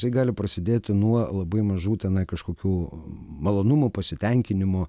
tai gali prasidėti nuo labai mažų tenai kažkokių malonumų pasitenkinimų